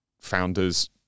founders